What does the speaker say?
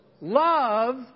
Love